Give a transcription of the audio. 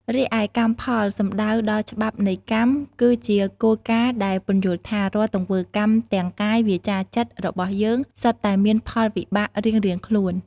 រីឯកម្មផល សំដៅដល់ច្បាប់នៃកម្ម គឺជាគោលការណ៍ដែលពន្យល់ថា រាល់ទង្វើកម្ម ទាំងកាយ វាចា ចិត្ត របស់យើង សុទ្ធតែមានផលវិបាករៀងៗខ្លួន។